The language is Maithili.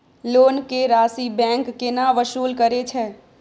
लोन के राशि बैंक केना वसूल करे छै?